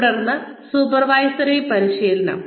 തുടർന്ന് സൂപ്പർവൈസറി പരിശീലനം